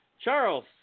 Charles